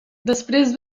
després